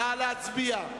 נא להצביע.